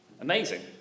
Amazing